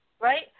Right